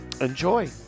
Enjoy